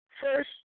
First